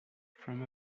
from